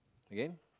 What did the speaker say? okay